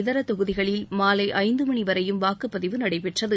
இதர தொகுதிகளில் மாலை ஐந்து மணி வரையும் வாக்குப்பதிவு நடைபெற்றது